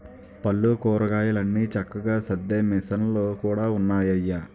పళ్ళు, కూరగాయలన్ని చక్కగా సద్దే మిసన్లు కూడా ఉన్నాయయ్య